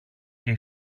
και